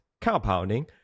compounding